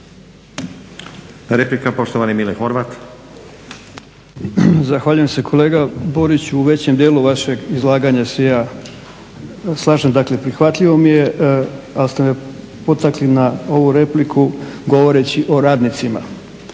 Horvat. **Horvat, Mile (SDSS)** Zahvaljujem se. Kolega Borić u većem dijelu vašeg izlaganja se ja slažem, dakle prihvatljivo mi je ali ste me potakli na ovu repliku govoreći o radnicima.